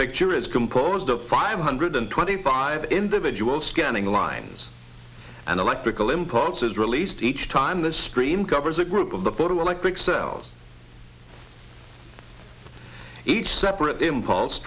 picture is composed of five hundred twenty five individual scanning lines and electrical impulses released each time the stream covers a group of the photoelectric cells each separate impulse